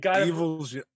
Evil's